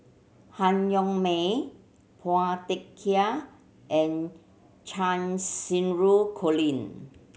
Han Yong May Phua Thin Kiay and Cheng Xinru Colin